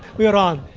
we are on.